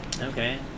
okay